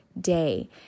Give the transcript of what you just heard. day